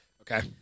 Okay